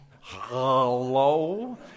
Hello